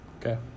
Okay